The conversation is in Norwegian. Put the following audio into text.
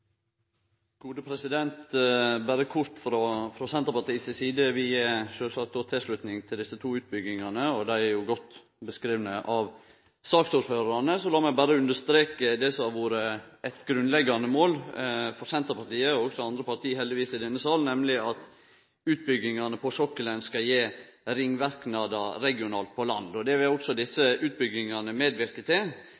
meg berre understreke det som har vore eit grunnleggjande mål for Senterpartiet og også andre parti, heldigvis, i denne sal, nemleg at utbyggingane på sokkelen skal gje ringverknader regionalt på land. Det vil også desse